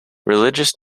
religious